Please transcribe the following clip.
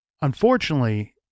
Unfortunately